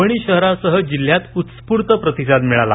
परभणी शहरासह जिल्ह्यात उत्स्फूर्त प्रतिसाद मिळाला